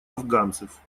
афганцев